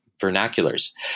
vernaculars